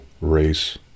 race